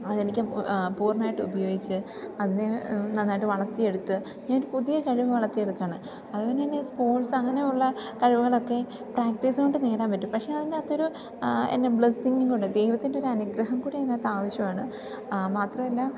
അതെനിക്ക് പൂർണ്ണമായിട്ട് ഉപയോഗിച്ച് അതിനെ നന്നായിട്ട് വളർത്തിയെടുത്ത് ഞാനൊരു പുതിയ കഴിവ് വളർത്തിയെടുക്കുകയാണ് അതുപോലെ തന്നെ സ്പോർട്സ് അങ്ങനെയുള്ള കഴിവുകളൊക്കെ പ്രാക്ടീസ് കൊണ്ട് നേടാൻ പറ്റും പക്ഷേ അതിൻ്റകത്തൊരു എന്ന ബ്ലെസ്സിങ്ങും കൂടി ദൈവത്തിൻ്റെ ഒരനുഗ്രഹം കൂടി അതിനകത്താവശ്യമാണ് മാത്രമല്ല